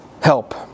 help